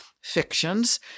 Fictions